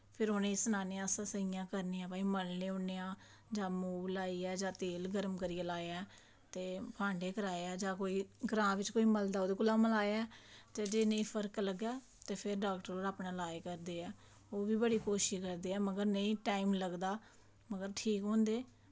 फिर अस उसी सनान्ने कि भई अस इंया इंया करने मलान्ने होन्ने आं मूव लाइयै जां तेल गर्म करियै ते फांडे कराए ऐ जां कुसै गी ते ग्रांऽ कोई मलदा ते ओह्दे कोला कराया ते जे नेईं फर्क लग्गे ते फिर डॉक्टर अपना ईलाज करदे ऐ ओह्बी बड़ी कोशिश करदे पर नेईं टाईम लगदा मगर ठीक होंदे